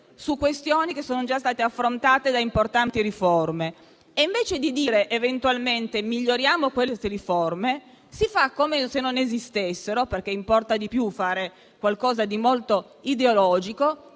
su questioni che sono già state affrontate da importanti riforme; anziché pensare eventualmente di migliorarle, si fa come se non esistessero - importa di più fare qualcosa di molto ideologico